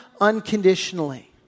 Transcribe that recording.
unconditionally